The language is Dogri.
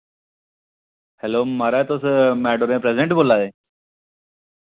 हैलो महाराज तुस मैटाडोरा दे प्रैसिडेंट बोला दे